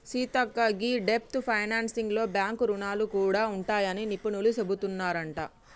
సీతక్క గీ డెబ్ట్ ఫైనాన్సింగ్ లో బాంక్ రుణాలు గూడా ఉంటాయని నిపుణులు సెబుతున్నారంట